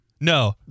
No